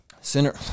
Center